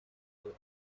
load